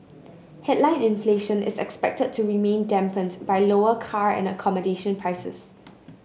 headline inflation is expected to remain dampened by lower car and accommodation prices